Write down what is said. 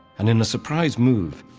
and in a surprise move,